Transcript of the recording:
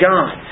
God